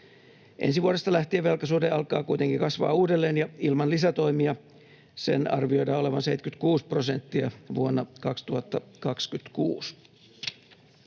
Ensi vuodesta lähtien velkasuhde alkaa kuitenkin kasvaa uudelleen, ja ilman lisätoimia sen arvioidaan olevan 76 prosenttia vuonna 2026.